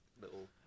little